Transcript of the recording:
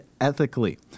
ethically